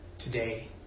Today